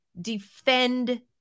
Defend